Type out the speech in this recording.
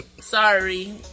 Sorry